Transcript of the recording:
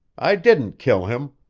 i didn't kill him.